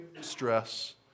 stress